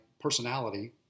personality